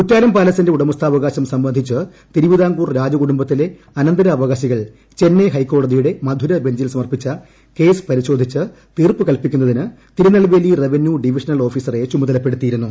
കുറ്റാലം പാലസിന്റെ ഉടമസ്ഥാവകാശം സംബന്ധിച്ച് തിരുവിതാംകൂർ രാജകുടുംബത്തിലെ അനന്തരാവകാശികൾ ചെന്നൈ ഹൈക്കോടതിയുടെ മധുര ബെഞ്ചിൽ സമർപ്പിച്ച കേസ് പരിശോധിച്ച് തീർപ്പ് കല്പിക്കുന്നതിന് തിരുനെൽവേലി റവന്യൂ ഡിവിഷണൽ ഓഫീസറെ ചുമതലപ്പെടുത്തിയിരുന്നു